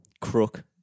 crook